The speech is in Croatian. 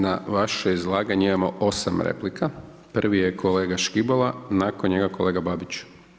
Na vaše izlaganje imamo 8 replika, prvi je kolega Škibola, nakon njega kolega Babić.